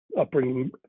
upbringing